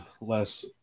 less